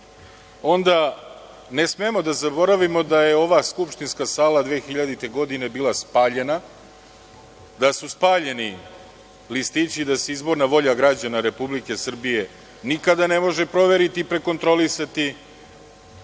danas ne smemo da zaboravimo da je ova skupštinska sala 2000. godine bila spaljena, da su spaljeni listići i da se izborna volja građana Republike Srbije nikada ne može proveriti, prekontrolisati,